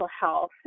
health